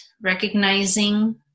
recognizing